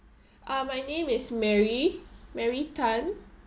ah my name is mary mary tan